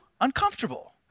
uncomfortable